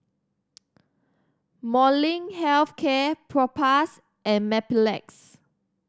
Molnylcke Health Care Propass and Mepilex